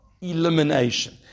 elimination